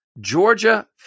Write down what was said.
Georgia